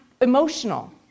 emotional